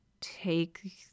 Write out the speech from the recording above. take